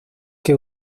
que